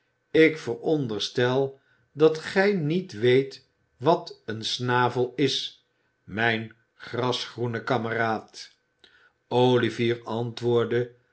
ik veronderstel dat gij niet weet wat een snavel is mijn grasgroene kameraad olivier antwoordde